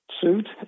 suit